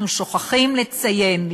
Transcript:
אנחנו שוכחים לציין,